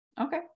okay